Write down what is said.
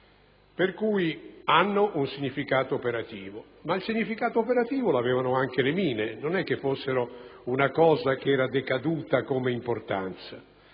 Hanno dunque un significato operativo, ma un significato operativo lo avevano anche le mine: non è che fossero un'arma decaduta come importanza.